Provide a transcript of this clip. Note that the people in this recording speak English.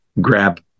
grab